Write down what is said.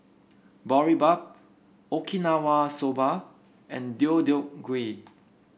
Boribap Okinawa Soba and Deodeok Gui